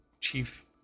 chief